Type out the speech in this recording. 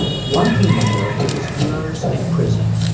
one teenager faces years in prison.